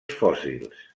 fòssils